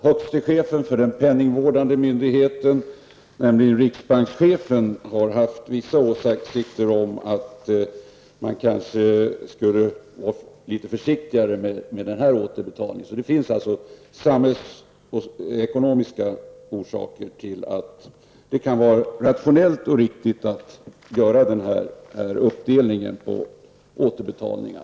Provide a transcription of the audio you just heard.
Högste chefen för den penningvårdande myndigheten, riksbankschefen, har haft vissa åsikter om att man kanske borde vara litet försiktigare med den här återbetalningen. Det finns alltså samhällsekonomiska orsaker till att det kan vara rationellt och riktigt att göra återbetalningen i två omgångar.